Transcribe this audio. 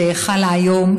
שחלה היום,